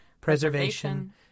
preservation